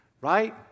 right